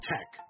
Tech